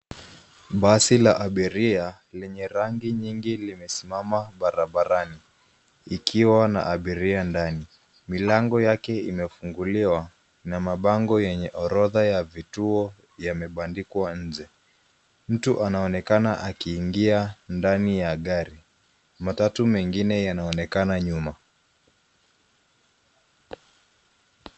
Basi la abiria lenye rangi nyingi limesimama barabarani ikiwa na abiria ndani. Milango yake imefunguliwa na mabango yenye orodha ya vituo yamebandikwa nje. Mtu anaonekana akiingia ndani ya gari. Matatu mengine yanaonekana nyuma.